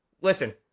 listen